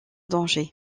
danger